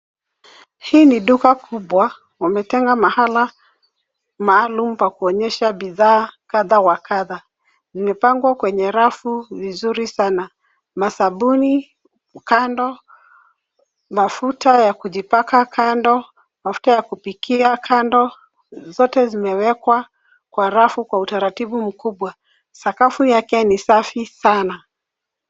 Hii ni duka kubwa wameetenga mahala maalumu pa kuonyesha bidhaa kadha wa kadha imepangwa kwenye rafu vizuri sana masabuni kando , mafuta ya kujipaka kando ,mafuta ya kupikia kando zote zimewekwa kwa rafu kwa utaratibu mkubwa sakafu yake ni safi sana.